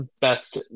best